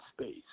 space